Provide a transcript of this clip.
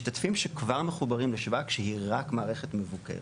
משתתפים שכבר מחוברים לשבא כשהיא רק מערכת מבוקרת,